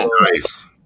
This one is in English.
Nice